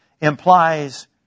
implies